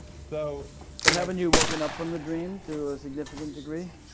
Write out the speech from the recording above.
so but haven't you woken up from the dream to a significant degree?